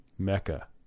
Mecca